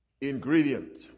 ingredient